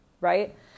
right